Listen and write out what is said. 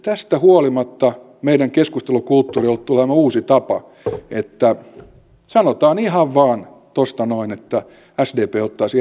tästä huolimatta meidän keskustelukulttuuriimme on tullut uusi tapa että sanotaan ihan vain tuosta noin että sdp ottaisi enemmän velkaa